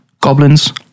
Goblin's